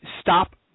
stop